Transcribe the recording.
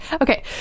Okay